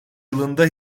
yılında